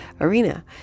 arena